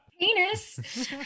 Penis